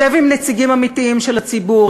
שב עם נציגים אמיתיים של הציבור,